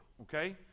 Okay